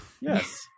yes